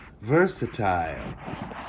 Versatile